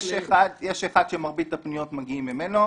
יש אחד שמרבית הפניות מגיעות ממנו.